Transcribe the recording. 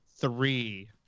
three